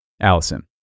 Allison